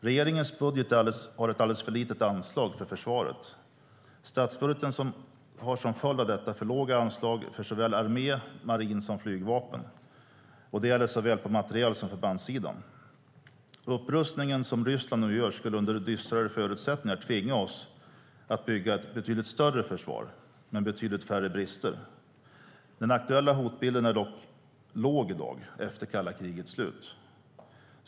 Regeringens budget har ett alldeles för litet anslag för försvaret. Statsbudgeten har som följd av detta för låga anslag för såväl armé som marin och flygvapen. Det gäller på såväl materiel som förbandssidan. Upprustningen som Ryssland nu gör skulle under dystrare förutsättningar tvinga oss att bygga ett betydligt större försvar med betydligt färre brister. Den aktuella hotbilden är dock låg i dag efter kalla krigets slut.